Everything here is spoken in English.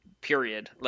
period